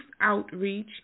outreach